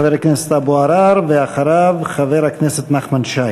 חבר הכנסת אבו עראר, ואחריו, חבר הכנסת נחמן שי.